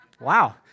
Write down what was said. Wow